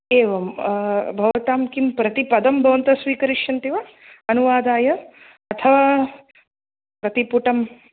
एवं भवतां किं प्रतिपदं भवन्तः स्वीकरिष्यन्ति वा अनुवादाय अथवा प्रतिपुटम्